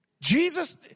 Jesus